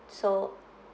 seoul